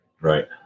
Right